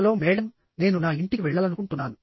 hello madam నేను నా ఇంటికి వెళ్లాలనుకుంటున్నాను